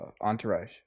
Entourage